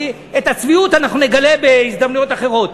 את הצביעות אנחנו נגלה בהזדמנויות אחרות.